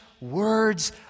words